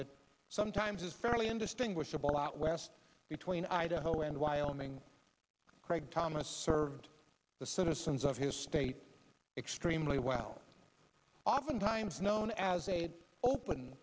that sometimes is fairly indistinguishable out west between idaho and wyoming craig thomas served the citizens of his state extremely well oftentimes known as a open